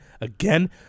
Again